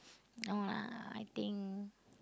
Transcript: no lah I think